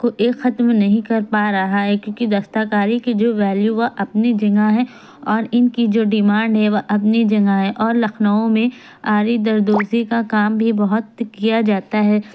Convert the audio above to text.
کو یہ ختم نہیں کر پا رہا ہے کیونکہ دستہ کاری کی جو ویلیو وہ اپنی جگہ ہے اور ان کی جو ڈیمانڈ ہے وہ اپنی جگہ ہے اور لکھنؤ میں آری دردوزی کا کام بھی بہت کیا جاتا ہے